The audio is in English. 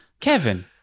Kevin